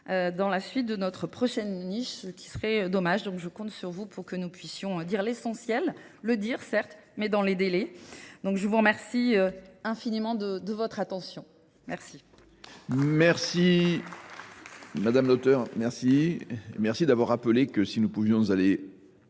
dans la suite de notre prochaine niche qui serait dommage donc je compte sur vous pour que nous puissions dire l'essentiel le dire certes mais dans les délais donc je vous remercie infiniment de votre attention merci